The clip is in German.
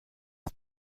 des